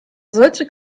solche